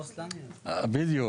בדיוק.